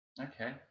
Okay